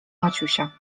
maciusia